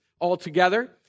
altogether